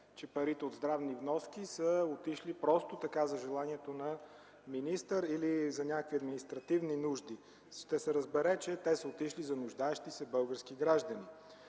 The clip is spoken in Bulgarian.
че парите от здравни вноски са отишли просто така за желанието на министър или за някакви административни нужди. Ще се разбере, че са отишли за нуждаещи се български граждани.